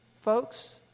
folks